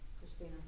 Christina